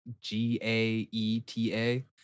g-a-e-t-a